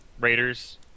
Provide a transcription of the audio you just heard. Raiders